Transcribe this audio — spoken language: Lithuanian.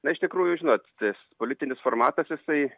na iš tikrųjų žinot tas politinis formatas jisai